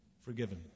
forgiven